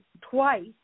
twice